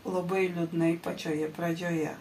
labai liūdnai pačioje pradžioje